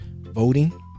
voting